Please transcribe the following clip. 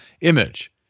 image